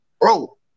bro